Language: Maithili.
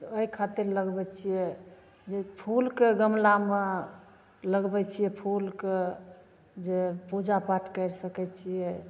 एहि खातिर लगबैत छियै जे फूलके गमलामे लगबैत छियै फूलके जे पूजापाठ करि सकैत छियै